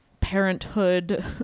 parenthood